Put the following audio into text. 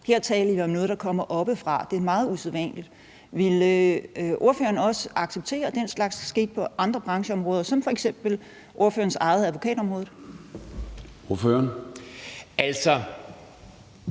Her taler vi om noget, der kommer oppefra, og det er meget usædvanligt. Ville ordføreren også acceptere den slags ske på andre brancheområder som f.eks. ordførerens eget, advokatområdet? Kl.